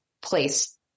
place